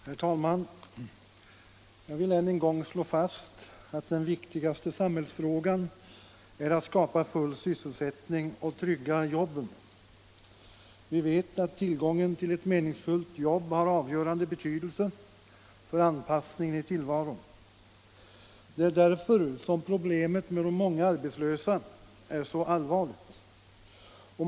Herr talman! Jag vill än en gång slå fast att den viktigaste samhällsfrågan är att skapa full sysselsättning och trygga jobben. Vi vet att tillgången till ett meningsfullt jobb har avgörande betydelse för anpassningen i tillvaron. Det är därför som problemet med de många arbetslösa är så allvarligt.